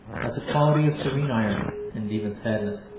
has a quality of serene irony and even sadness,